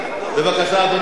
בבקשה, אדוני סגן השר.